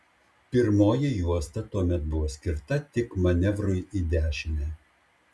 pirmoji juosta tuomet buvo skirta tik manevrui į dešinę